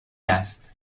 است